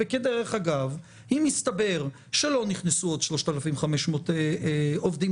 אם מסתבר שלא נכנסו עוד 3,500 עובדים